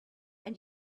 and